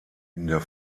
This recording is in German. der